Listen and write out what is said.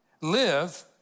Live